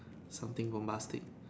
something bombastic